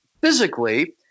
physically